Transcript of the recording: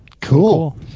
cool